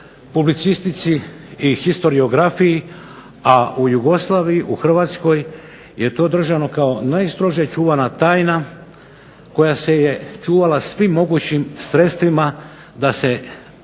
publicistici i historiografiji, a u Jugoslaviji, u Hrvatskoj je to držano kao najstrože čuvana tajna koja se je čuvala svim mogućim sredstvima da se ne